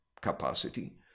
capacity